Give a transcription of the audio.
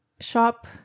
shop